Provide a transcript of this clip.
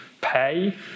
pay